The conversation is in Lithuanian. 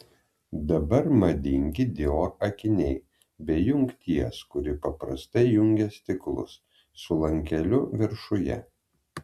dabar madingi dior akiniai be jungties kuri paprastai jungia stiklus su lankeliu viršuje